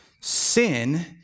Sin